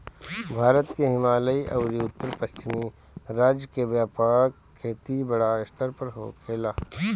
भारत के हिमालयी अउरी उत्तर पश्चिम राज्य में व्यापक खेती बड़ स्तर पर होखेला